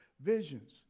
visions